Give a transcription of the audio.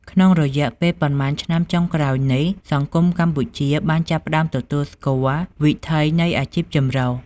ក្នុងរយៈពេលប៉ុន្មានឆ្នាំចុងក្រោយនេះ សង្គមកម្ពុជាបានចាប់ផ្តើមទទួលស្គាល់វិថីនៃអាជីពចម្រុះ។